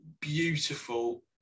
beautiful